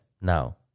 Now